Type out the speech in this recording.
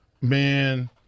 man